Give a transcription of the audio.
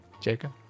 Jacob